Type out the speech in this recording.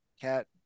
cat